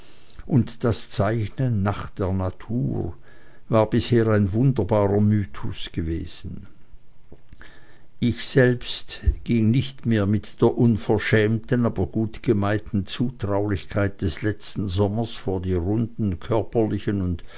und das zeichnen nach der natur war bisher ein wunderbarer mythus gewesen ich selbst ging nicht mehr mit der unverschämten aber gutgemeinten zutraulichkeit des letzten sommers vor die runden körperlichen und